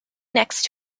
next